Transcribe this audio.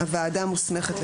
הוועדה מוסמכת,